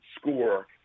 score